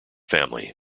family